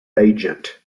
agent